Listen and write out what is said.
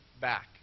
back